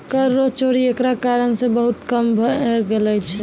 कर रो चोरी एकरा कारण से बहुत कम भै गेलो छै